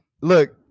Look